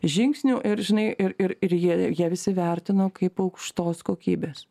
žingsnių ir žinai ir ir ir jie jie visi vertino kaip aukštos kokybės